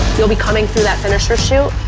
you'll be coming through that finisher shoot,